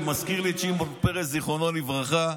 מזכיר לי את שמעון פרס, זיכרונו לברכה.